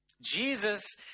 Jesus